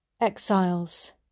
exiles